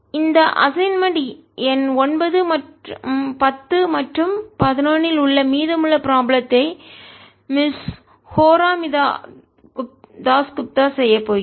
இந்த அசைன்மென்ட் எண் 9 10 மற்றும் 11 இல் உள்ள மீதமுள்ள ப்ராப்ளத்தை மிஸ் ஹோராமிதா தாஸ் குப்தா செய்யப்போகிறார்